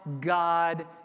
God